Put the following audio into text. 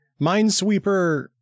Minesweeper